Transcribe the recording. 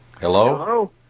Hello